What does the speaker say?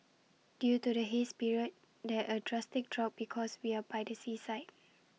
due to the haze period there A drastic drop because we are by the seaside